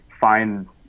find